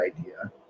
idea